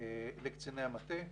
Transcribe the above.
לקציני המטה.